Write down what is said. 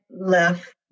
left